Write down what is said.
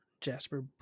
Jasper